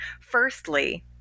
firstly